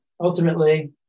ultimately